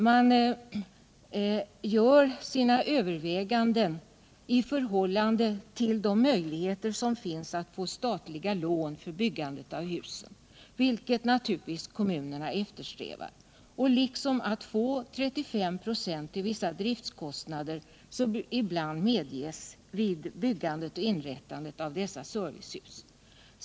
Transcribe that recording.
Man gör sina överväganden i förhållande till möjligheterna att få statliga lån till byggande av husen, vilket kommunerna naturligtvis eftersträvar, liksom i förhållande till möjligheterna att få bidrag med 35 96 av vissa driftskostnader, något som ibland medges vid byggande och inrättande av dessa servicehus.